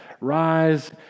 rise